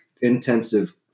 intensive